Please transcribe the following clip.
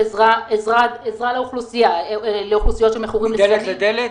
סרטון שלה שמופיע באתר?